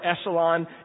echelon